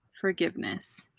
forgiveness